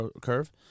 curve